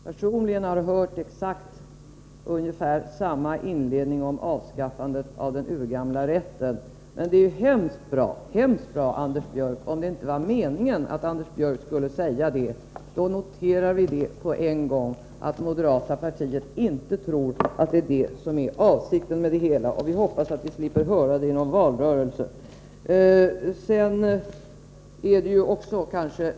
Herr talman! Jag vill bara säga att det är litet underligt att Bertil Fiskesjö och jag personligen hade hört exakt samma inledning om avskaffandet av den urgamla rätten. Men det är mycket bra, Anders Björck, om det inte var meningen att Anders Björck skulle säga det. Då noterar vi på en gång att moderaterna inte tror att det är detta som är avsikten med det hela. Jag hoppas att vi slipper att få höra något sådant i någon valrörelse.